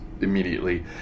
immediately